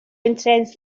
intense